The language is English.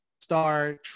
star